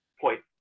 point